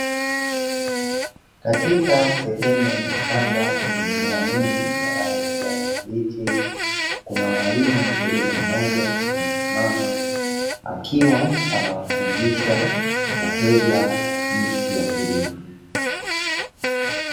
Katika sehemu ya shamba yenye mimea mingi yenye rangi ya kijani kibichi kuna mwalimu, mkulima mmoja amesimama, akiwa anawafundisha wateja jinsi ya kulima.